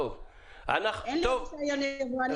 אין לי ניסיון יבואני.